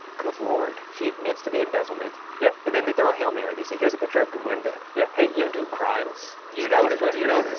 good lord. she admits to the embezzlement, yeah and then they throw a hail mary. they say here's a picture of gudmundur. yeah, hey, you do crimes. do you know you know this